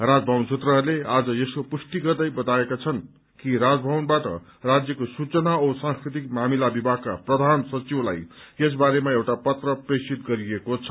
राजभवन सूत्रहरूले आज यसको पुष्टि गर्दै बताएका छन् कि राजभवनबाट राज्यको सूचना औ सांस्कृतिक मामिला विभागका प्रधान सचिवलाई यस बारेमा एउटा पत्र प्रेषित गरिएको छ